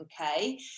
okay